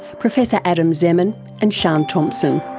professor adam zeman and sian thompson.